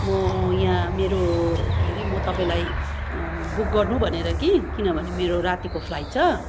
म यहाँ मेरो के अरे म तपाईँलाई बुक गर्नु भनेर कि किनभने मेरो रातिको फ्लाइट छ